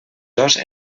dos